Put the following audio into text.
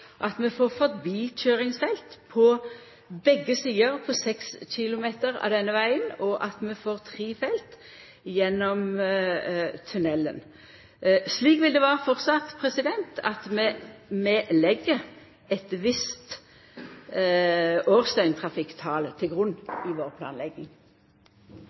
at vi får forbikøyringsfelt på begge sider på 6 km av denne vegen, og at vi får tre felt gjennom tunnelen. Det vil framleis vera slik at vi legg eit visst årsdøgntrafikktal til grunn i vår planlegging.